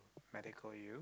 medical U